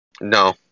No